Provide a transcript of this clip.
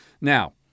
Now